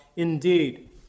indeed